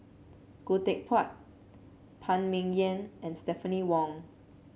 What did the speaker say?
Khoo Teck Puat Phan Ming Yen and Stephanie Wong